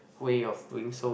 way of doing so